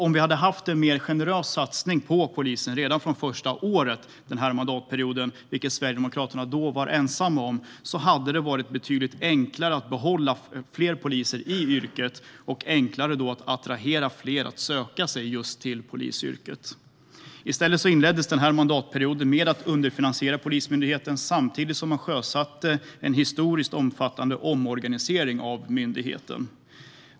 Om vi hade haft en mer generös satsning på polisen redan från mandatperiodens första år, vilket Sverigedemokraterna då var ensamma om att föreslå, hade det varit betydligt enklare att behålla fler poliser i yrket och enklare att attrahera fler att söka sig till polisyrket. I stället inleddes mandatperioden med en underfinansiering av Polismyndigheten, samtidigt som man sjösatte en historiskt omfattande omorganisering av myndigheten.